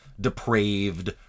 depraved